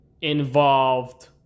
involved